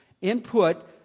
input